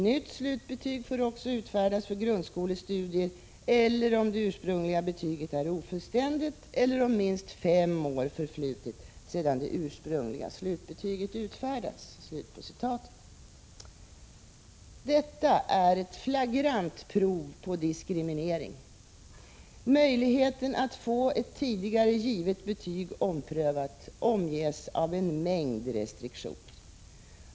Nytt slutbetyg får också utfärdas om den studerande beviljats särskilt vuxenstudiestöd för grundskolestudier eller om det ursprungliga betyget är ofullständigt eller om minst fem år förflutit sedan det ursprungliga slutbetyget utfärdats.” Detta är ett flagrant prov på diskriminering! Möjligheten att få ett tidigare givet betyg omprövat omges av en mängd restriktioner.